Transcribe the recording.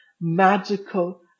magical